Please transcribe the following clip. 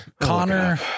Connor